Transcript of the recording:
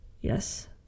Yes